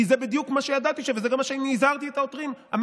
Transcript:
כי זה בדיוק מה שידעתי שיהיה וזה גם מה שהזהרתי את העותרים מפניו.